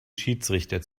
schiedsrichter